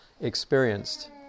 experienced